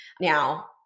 Now